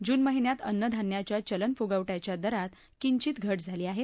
जून महिन्यात अन्न धान्याच्या चलन फुगवट्याच्या दरात किंचित घट झाली आहे